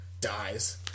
dies